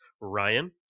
Ryan